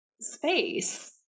space